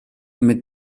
mit